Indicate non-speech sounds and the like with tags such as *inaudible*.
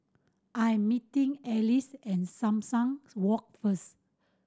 I am meeting Elsie at Sumang *unintelligible* Walk first